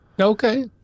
Okay